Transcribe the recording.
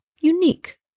unique